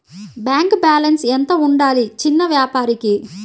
Bank balance ఎంత ఉండాలి చిన్న వ్యాపారానికి?